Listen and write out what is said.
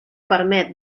permet